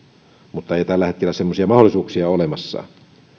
mutta ei tällä hetkellä semmoisia mahdollisuuksia ole olemassa